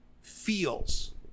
feels